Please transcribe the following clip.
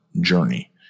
journey